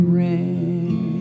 ring